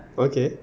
okay